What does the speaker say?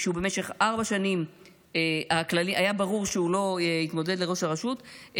כשבמשך ארבע שנים היה ברור שהוא לא יתמודד לראש הרשות,